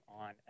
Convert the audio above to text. on